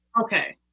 Okay